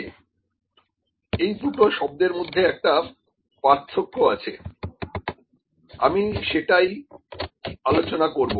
কিন্তু এই দুটো শব্দের মধ্যে একটা পার্থক্য আছে আমি সেটাই আলোচনা করব